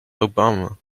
obama